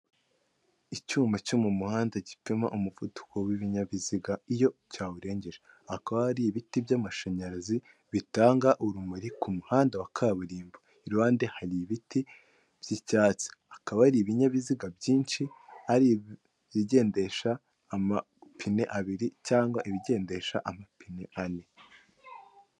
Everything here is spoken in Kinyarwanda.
Icyuma cyo m'umuhanda gipima umuvuduko w'ibinyabiziga iyo cya w'urenjyeje, hakaba hari ibiti by'amashanyarazi bitanga urumuri k'umuhanda wa kaburimbo iruhande hari ibiti by'icyatsi ,hakaba hari ibinyabiziga byinshi hari ibigendesha amapine abiri cyangwa ibigendesha amapine ane.